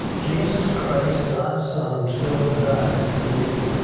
jesus christ, god's son, would still have died for you.